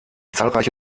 zahlreiche